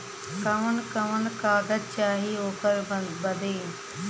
कवन कवन कागज चाही ओकर बदे?